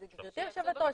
גברתי היושבת-ראש,